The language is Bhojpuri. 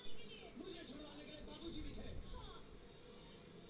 कान लमहर आउर नली के तरे होला एसे मिलल ऊन मोटा होला